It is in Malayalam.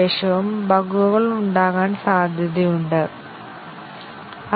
A B എന്നീ ഉദാഹരണങ്ങൾ നോക്കാം